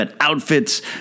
outfits